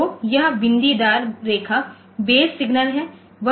तो यहाँ बिंदीदार रेखा बेस सिग्नल है